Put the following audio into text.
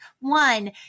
one